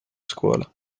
scuola